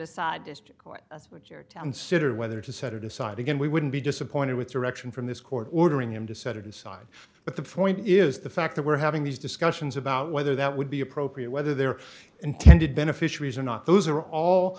siddur whether to set it aside again we wouldn't be disappointed with direction from this court ordering him to set it aside but the point is the fact that we're having these discussions about whether that would be appropriate whether they're intended beneficiaries or not those are all